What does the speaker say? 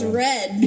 red